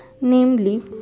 namely